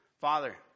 Father